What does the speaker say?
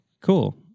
cool